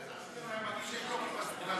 אם אלעזר שטרן היה מרגיש שיש לו כיפה סרוגה,